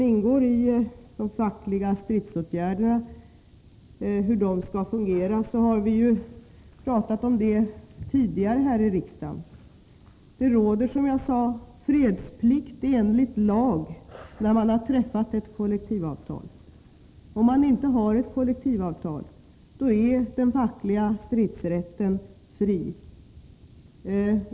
Hur de fackliga stridsåtgärderna skall fungera har vi pratat om tidigare här i riksdagen. Det råder, som jag sade, fredsplikt enligt lag när man har träffat ett kollektivavtal. Om man inte har ett kollektivavtal är den fackliga stridsrätten fri.